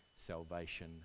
salvation